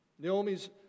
Naomi's